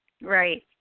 Right